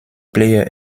player